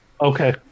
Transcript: Okay